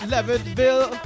Levittville